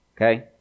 Okay